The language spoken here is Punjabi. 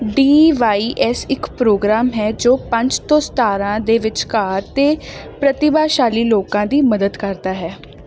ਡੀ ਵਾਈ ਐੱਸ ਇੱਕ ਪ੍ਰੋਗਰਾਮ ਹੈ ਜੋ ਪੰਜ ਤੋਂ ਸਤਾਰ੍ਹਾਂ ਦੇ ਵਿਚਕਾਰ ਦੇ ਪ੍ਰਤਿਭਾਸ਼ਾਲੀ ਲੋਕਾਂ ਦੀ ਮਦਦ ਕਰਦਾ ਹੈ